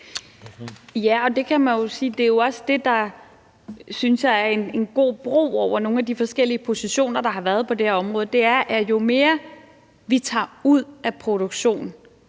det er jo også det, jeg synes er en god bro over nogle af de forskellige positioner, der har været på det her område. Jo mere vi tager ud af produktion,